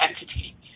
entity